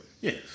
yes